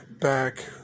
back